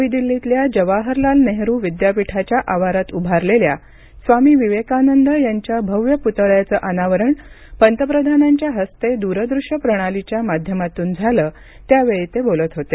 नवी दिल्लीतल्या जवाहरलाल नेहरू विद्यापीठाच्या आवारात उभारलेल्या स्वामी विवेकानंद यांच्या भव्य पुतळयाचं अनावरण पंतप्रधानांच्या हस्ते दूरदृष्य प्रणालीच्या माध्यमातून झालं त्यावेळी ते बोलत होते